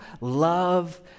love